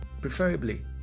Preferably